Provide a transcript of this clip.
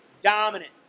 dominant